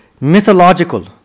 mythological